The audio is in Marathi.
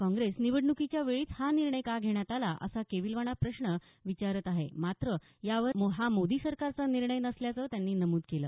काँग्रेस निवडणुकीच्या वेळीच हा निर्णय का घेण्यात आला असा केविलवाणा प्रश्न काँग्रेस विचारत आहे मात्र यावर हा मोदी सरकारचा निर्णय नसल्याचं त्यांनी नमूद केलं